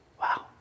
Wow